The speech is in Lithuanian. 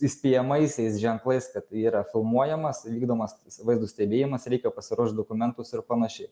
įspėjamaisiais ženklais kad yra filmuojamas vykdomas vaizdo stebėjimas reikia pasiruošt dokumentus ir panašiai